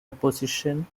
opposition